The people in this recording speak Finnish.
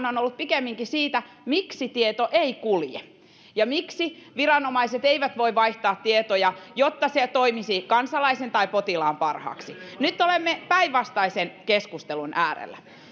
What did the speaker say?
on ollut pikemminkin siitä miksi tieto ei kulje ja miksi viranomaiset eivät voi vaihtaa tietoja jotta se toimisi kansalaisen tai potilaan parhaaksi ja nyt olemme päinvastaisen keskustelun äärellä